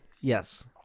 yes